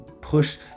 push